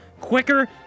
quicker